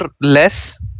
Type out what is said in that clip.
less